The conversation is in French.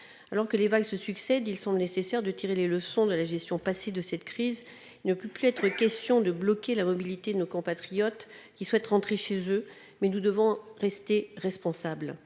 Alors que les vagues se succèdent, nous devons tirer les leçons de la gestion passée de cette crise. S'il ne peut plus être question de bloquer la mobilité de nos compatriotes qui souhaitent rentrer chez eux, nous devons rester responsables.